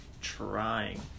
trying